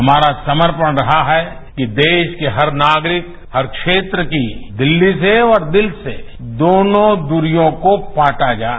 हमारा समर्पण रहा है कि देश के हर नागरिक हर क्षेत्र की दिल्ली से और दिल से दोनों दूरियों को पाटा जाए